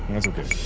that's okay.